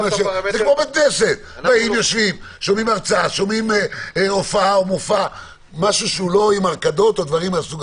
כמו בית כנסת שומעים מופע לא עם הרקדות.